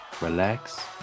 relax